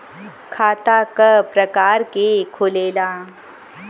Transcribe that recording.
खाता क प्रकार के खुलेला?